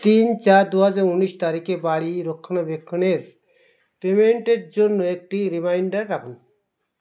তিন চার দু হাজার উনিশ তারিখে বাড়ি রক্ষণাবেক্ষণের পেমেন্টের জন্য একটি রিমাইন্ডার রাখুন